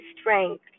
strength